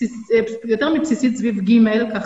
יותר מבסיסית, סביב ג', ככה,